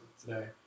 today